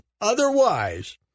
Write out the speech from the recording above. Otherwise